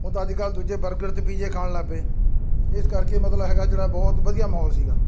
ਹੁਣ ਤਾਂ ਅੱਜ ਕੱਲ੍ਹ ਦੂਜੇ ਬਰਗਰ ਅਤੇ ਪੀਜ਼ੇ ਖਾਣ ਲੱਗ ਪਏ ਇਸ ਕਰਕੇ ਮਤਲਬ ਹੈਗਾ ਜਿਹੜਾ ਬਹੁਤ ਵਧੀਆ ਮਾਹੌਲ ਸੀਗਾ